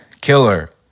killer